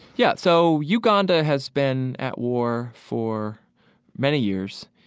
yeah. so uganda has been at war for many years.